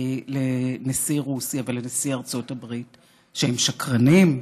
לנשיא רוסיה ולנשיא ארצות הברית שהם שקרנים?